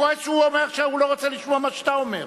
אתה כועס שהוא אומר שהוא לא רוצה לשמוע מה שאתה אומר.